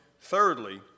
thirdly